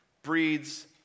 breeds